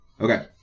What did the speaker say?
Okay